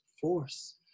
force